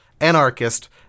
anarchist